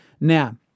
Now